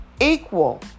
equal